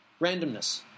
Randomness